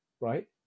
right